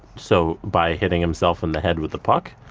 so, by hitting himself in the head with the puck,